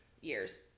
years